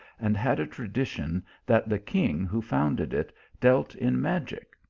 and had a tradition that the king who founded it dealt in magic,